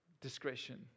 discretion